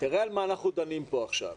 תראה על מה אנחנו דנים פה עכשיו.